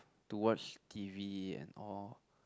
to watch t_v and all